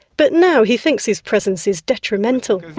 but now he thinks his presence is detrimental.